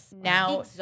now